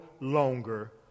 longer